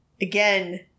again